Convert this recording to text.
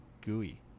gooey